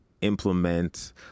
implement